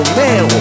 man